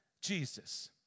Jesus